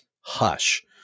hush